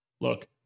Look